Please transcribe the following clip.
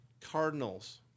Cardinals